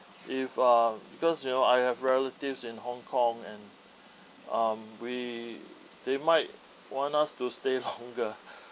if uh because you know I have relatives in hong kong and um we they might want us to stay longer